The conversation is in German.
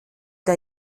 der